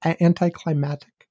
Anticlimactic